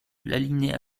l’alinéa